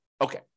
Okay